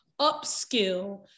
upskill